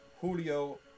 Julio